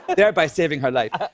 but thereby saving her life.